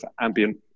ambient